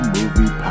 Movie